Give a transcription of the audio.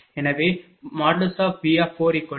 எனவே V40